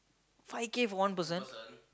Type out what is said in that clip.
five K for one person